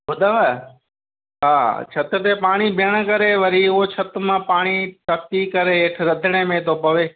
ॿुधव हा छिति ते पाणी बीहण करे वरी उहो छिति मां पाणी टपिकी करे हेठि रंधिणे में थो पवे